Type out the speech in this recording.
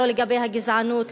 לא לגבי הגזענות,